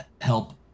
help